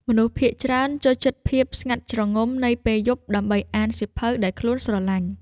មនុស្សភាគច្រើនចូលចិត្តភាពស្ងាត់ជ្រងំនៃពេលយប់ ដើម្បីអានសៀវភៅដែលខ្លួនស្រឡាញ់។